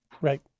Right